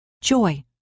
joy